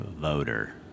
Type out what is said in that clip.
voter